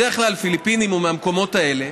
בדרך כלל מהפיליפינים או מהמקומות האלה,